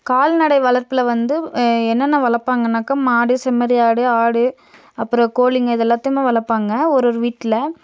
கால்நடை வளர்ப்பில் வந்து என்னென்ன வளர்ப்பாங்கன்னாக்கா மாடு செம்மறியாடு ஆடு அப்புறம் கோழிங்க இது எல்லாத்தையுமே வளர்ப்பாங்க ஒரு ஒரு வீட்டில